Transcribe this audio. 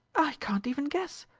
i can't even guess.